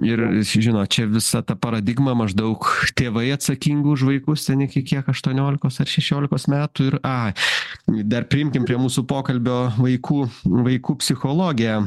ir žinot čia visa ta paradigma maždaug tėvai atsakingi už vaikus ten iki kiek aštuoniolikos ar šešiolikos metų ir ai dar priimkim prie mūsų pokalbio vaikų vaikų psichologė